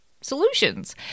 solutions